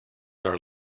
are